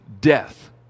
death